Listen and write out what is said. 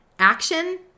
Action